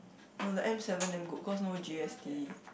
no the M seven damn good cause no G S T